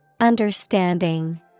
Understanding